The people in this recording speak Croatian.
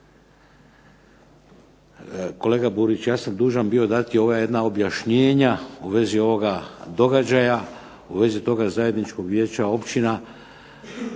Kolega Burić ja sam bio dužan dati ova jedna objašnjenja u vezi ovog događaja, u vezi toga zajedničkog vijeća općina,